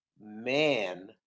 man